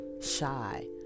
shy